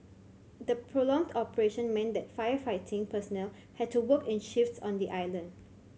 the prolonged operation meant that firefighting personnel had to work in shifts on the island